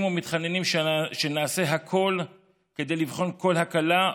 ומתחננים שנעשה הכול כדי לבחון כל הקלה,